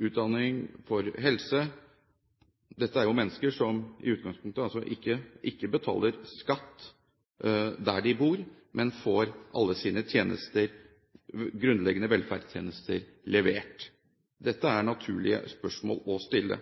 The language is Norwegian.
utdanning og for helsetjenester? Dette er mennesker som i utgangspunktet ikke betaler skatt der de bor, men får alle sine grunnleggende velferdstjenester levert. Dette er naturlige spørsmål å stille.